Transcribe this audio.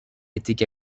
étaient